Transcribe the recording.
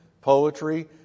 poetry